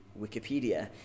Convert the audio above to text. Wikipedia